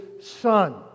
Son